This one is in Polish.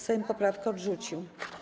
Sejm poprawkę odrzucił.